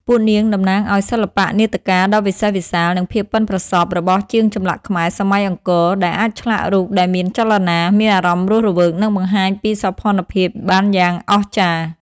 ពួកនាងតំណាងឲ្យ សិល្បៈនាដកាដ៏វិសេសវិសាល និងភាពប៉ិនប្រសប់របស់ជាងចម្លាក់ខ្មែរសម័យអង្គរ ដែលអាចឆ្លាក់រូបដែលមានចលនា មានអារម្មណ៍រស់រវើក និងបង្ហាញពីសោភ័ណភាពបានយ៉ាងអស្ចារ្យ។